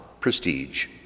prestige